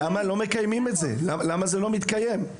למה זה לא מתקיים?